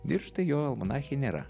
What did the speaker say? ir štai jo almanache nėra